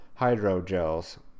hydrogels